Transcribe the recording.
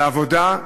בעבודה,